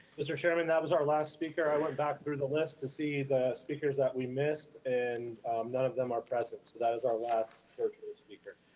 mr. chairman, that was our last speaker. i went back through the list to see the speakers that we missed and none of them are present. so that is our last virtual speaker.